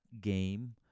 game